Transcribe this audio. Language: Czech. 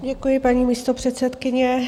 Děkuji, paní místopředsedkyně.